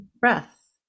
breath